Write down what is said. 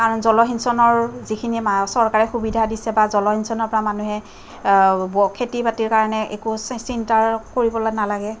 কাৰণ জলসিঞ্চনৰ যিখিনি চৰকাৰে সুবিধা দিছে বা জলসিঞ্চনৰ পৰা মানুহে খেতি বাতিৰ কাৰণে একো চিন্তাৰ কৰিব নালাগে